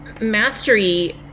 mastery